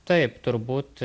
taip turbūt